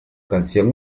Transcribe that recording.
canción